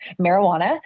marijuana